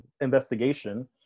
investigation